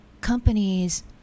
companies